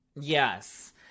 yes